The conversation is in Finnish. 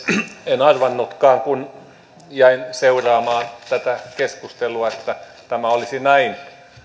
en arvannutkaan kun jäin seuraamaan tätä keskustelua että tämä olisi näin